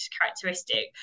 characteristic